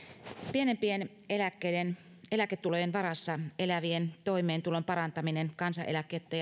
pienimpien eläkkeiden eläketulojen varassa elävien toimeentulon parantaminen kansaneläkettä